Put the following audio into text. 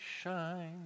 shine